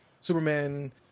Superman